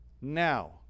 now